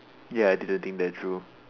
ya I didn't think that through